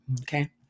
Okay